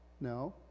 No